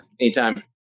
Anytime